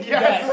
Yes